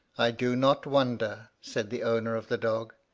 i do not wonder, said the owner of the dog,